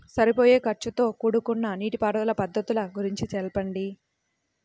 సరిపోయే ఖర్చుతో కూడుకున్న నీటిపారుదల పద్ధతుల గురించి చెప్పండి?